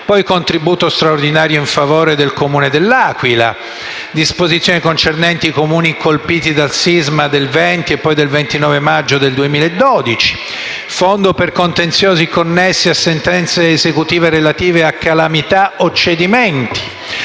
contributo straordinario in favore del Comune de L'Aquila; disposizioni concernenti i comuni colpiti dal sisma del 20 e 29 maggio 2012; fondo per contenziosi connessi a sentenze esecutive relative a calamità o cedimenti;